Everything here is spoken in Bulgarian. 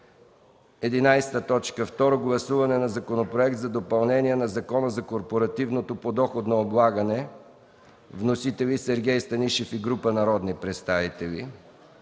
Второ гласуване на Законопроект за допълнение на Закона за корпоративното подоходно облагане. Вносители – Сергей Станишев и група народни представители.